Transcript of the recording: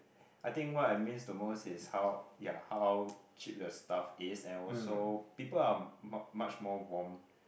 I think what I miss the most is how ya how cheap the stuff is and also people are much more warm